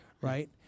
right